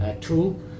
tool